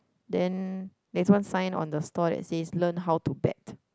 then there's one sign on the store that says learn how to bet